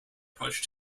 approach